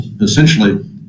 essentially